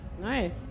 Nice